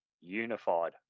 unified